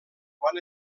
quan